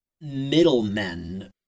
middlemen